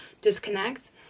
disconnect